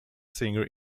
singer